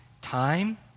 time